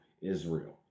Israel